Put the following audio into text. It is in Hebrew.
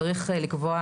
צריך לקבוע,